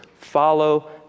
follow